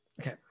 Okay